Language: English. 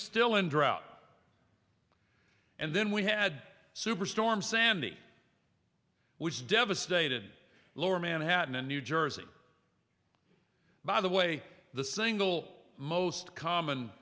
still in drought and then we had superstorm sandy which devastated lower manhattan and new jersey by the way the single most common